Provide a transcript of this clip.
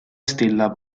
stella